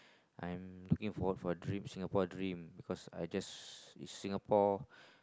I'm looking forward for dream Singapore dream cause I just in singapore